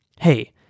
Hey